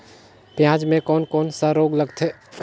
पियाज मे कोन कोन सा रोग लगथे?